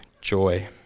joy